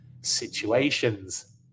situations